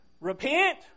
repent